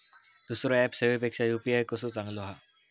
दुसरो ऍप सेवेपेक्षा यू.पी.आय कसो चांगलो हा?